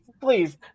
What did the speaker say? Please